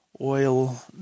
oil